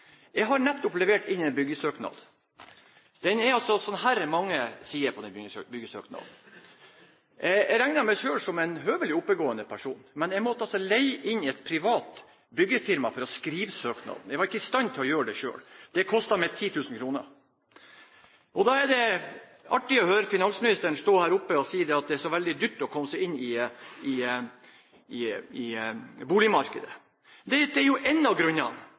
Jeg har nettopp levert inn en byggesøknad. Det er så mange sider i den byggesøknaden! Jeg regner meg selv som en høvelig oppegående person, men jeg måtte leie inn et privat byggefirma for å skrive søknaden. Jeg var ikke i stand til å gjøre det selv. Det kostet meg 10 000 kr. Da er det artig å høre finansministeren stå her oppe og si at det er veldig dyrt å komme seg inn på boligmarkedet. Dette er én av grunnene til at det er dyrt. Men vi hører ingen vyer om f.eks. å senke kostnadene. Hadde en